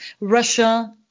Russia